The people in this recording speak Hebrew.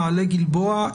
מעלה גלבוע,